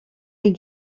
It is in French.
est